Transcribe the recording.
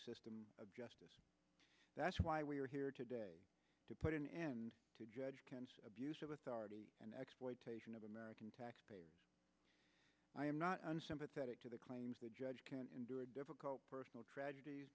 system of justice that's why we're here today to put an end to judge can abuse of authority and exploitation of american taxpayer i am not unsympathetic to the claims the judge can endure a difficult personal traged